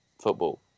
Football